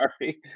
Sorry